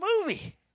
movie